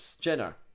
Jenner